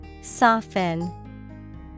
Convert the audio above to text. Soften